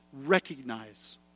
Recognize